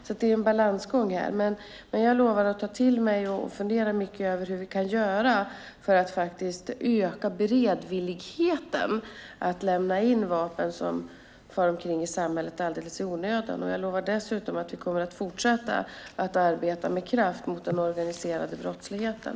Det är alltså en balansgång. Men jag lovar att ta till mig och fundera mycket över hur vi kan göra för att faktiskt öka beredvilligheten att lämna in vapen som far omkring i samhället alldeles i onödan. Jag lovar dessutom att vi kommer att fortsätta att arbeta med kraft mot den organiserade brottsligheten.